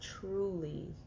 truly